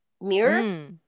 mirror